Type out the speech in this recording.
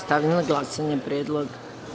Stavljam na glasanje ovaj predlog.